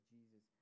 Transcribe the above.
Jesus